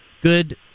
good